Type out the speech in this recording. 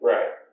Right